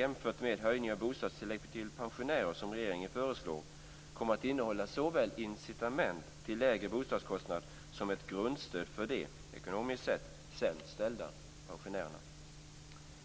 Jämfört med höjningen av bostadstillägget till pensionärer, som regeringen föreslår, kommer denna modell att innehålla såväl incitament till lägre bostadskostnad som ett grundstöd för de, ekonomiskt sett, sämst ställda pensionärerna.